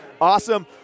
Awesome